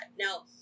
Now